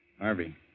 Harvey